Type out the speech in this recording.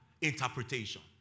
interpretation